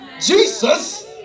Jesus